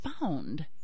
found